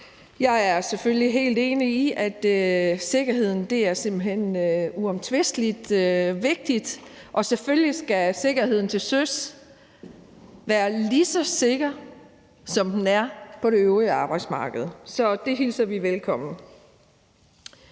Jeg er selvfølgelig helt enig i, at sikkerhed simpelt hen er uomtvistelig vigtigt, og selvfølgelig skal sikkerheden til søs være lige så sikker, som den er på det øvrige arbejdsmarked. Så det hilser vi velkommen.